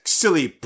silly